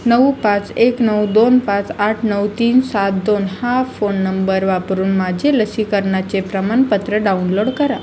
नऊ पाच एक नऊ दोन पाच आठ नऊ तीन सात दोन हा फोन नंबर वापरून माझे लसीकरणाचे प्रमाणपत्र डाउनलोड करा